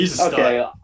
Okay